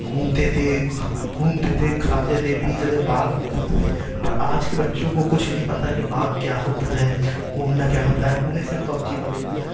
گھومتے تھے گھومتے تھے کھاتے تھے پیتے تھے باغ میں جاتے تھے پر آج کے بچوں کو کچھ نہیں پتہ کہ باغ کیا ہوتا ہے گھومنا کیا ہوتا ہے انہیں صرف پپجی پتا ہوتا ہے